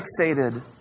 fixated